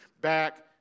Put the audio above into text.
back